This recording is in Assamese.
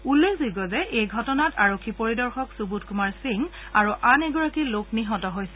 উল্লেখযোগ্য যে এই ঘটনাত আৰক্ষী পৰিদৰ্শক সুবোধ কুমাৰ সিং আৰু আন এগৰাকী লোক নিহত হৈছিল